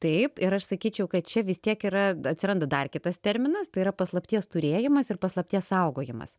taip ir aš sakyčiau kad čia vis tiek yra atsiranda dar kitas terminas tai yra paslapties turėjimas ir paslapties saugojimas